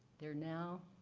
they're now,